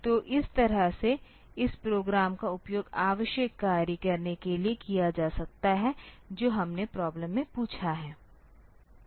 तो इस तरह से इस प्रोग्राम का उपयोग आवश्यक कार्य करने के लिए किया जा सकता है जो हमने प्रॉब्लम में पूछा है